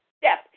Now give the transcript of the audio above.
step